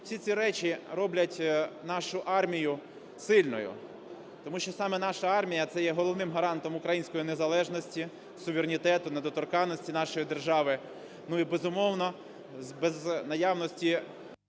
всі ці речі роблять нашу армію сильною, тому що саме наша армія – це є головним гарантом української незалежності, суверенітету, недоторканності нашої держави. І безумовно, без наявності…